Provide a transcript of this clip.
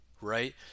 right